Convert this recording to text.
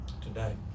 today